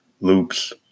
loops